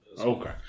Okay